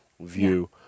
view